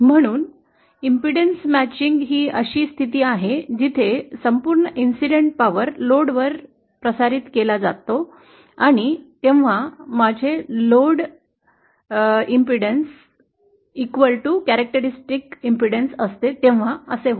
म्हणून प्रतिबाधा जुळवणे ही अशी स्थिती आहे जिथे संपूर्ण घटनेची शक्ती लोडवर प्रसारित केली जाते आणि जेव्हा जेव्हा माझे लोड प्रतिबाधा वैशिष्ट्यपूर्ण प्रतिबाधासारखे असते तेव्हा असे होते